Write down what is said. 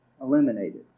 eliminated